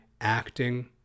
acting